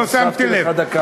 לא שמתי לב.